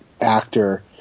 actor